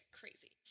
crazy